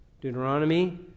Deuteronomy